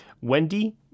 Wendy